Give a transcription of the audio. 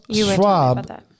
Schwab